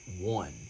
one